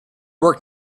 work